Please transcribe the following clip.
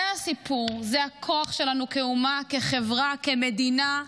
זה הסיפור, זה הכוח שלנו כאומה, כחברה וכמדינה.